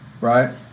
right